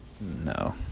no